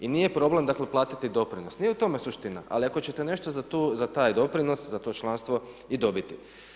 I nije problem platiti doprinos, nije u tome suština, ali ako ćete nešto za taj doprinos, za to članstvo i dobiti.